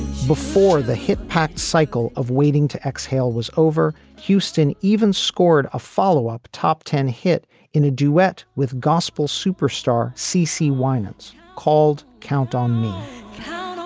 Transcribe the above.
before the hit packed cycle of waiting to exhale was over, houston even scored a follow up top ten hit in a duet with gospel superstar c c. winans called count on me.